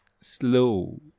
slow